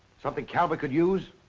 something calvert could use?